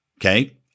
okay